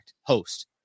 host